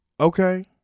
Okay